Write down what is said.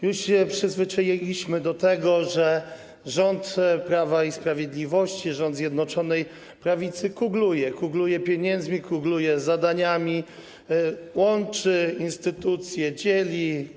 Już się przyzwyczailiśmy do tego, że rząd Prawa i Sprawiedliwości, rząd Zjednoczonej Prawicy kugluje - kugluje pieniędzmi, kugluje zadaniami, łączy instytucje, dzieli.